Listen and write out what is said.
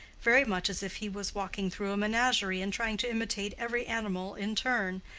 very much as if he was walking through a menagerie and trying to imitate every animal in turn,